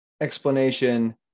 explanation